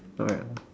alright